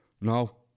no